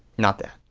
not that.